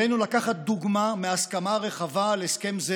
עלינו לקחת דוגמה מההסכמה הרחבה על הסכם זה